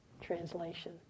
translation